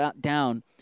down